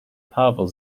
pavel